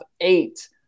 eight